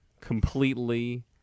completely